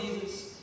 Jesus